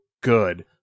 good